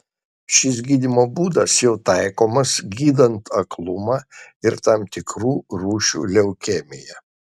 šis gydymo būdas jau taikomas gydant aklumą ir tam tikrų rūšių leukemiją